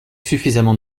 suffisamment